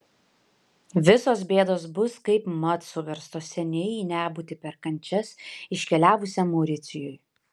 visos bėdos bus kaipmat suverstos seniai į nebūtį per kančias iškeliavusiam mauricijui